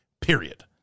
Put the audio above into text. period